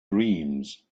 dreams